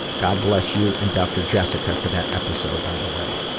god bless you and dr. jessica for that episode, by the way.